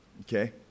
Okay